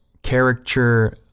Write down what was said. Character